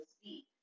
speak